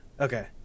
Okay